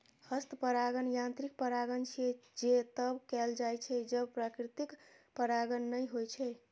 हस्त परागण यांत्रिक परागण छियै, जे तब कैल जाइ छै, जब प्राकृतिक परागण नै होइ छै